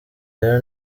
rero